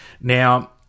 Now